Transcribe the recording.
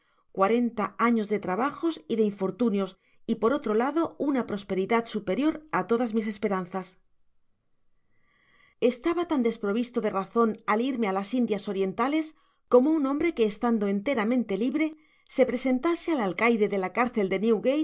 cuarenta afios de trabajos y de infortunios y por otro lado una prosperidad superior á todas mis esperanzas estaba tan desprovisto de razon al irme á las indias orientales como un hombre que estando enteramente libre se presentase al alcaide de la cárcel de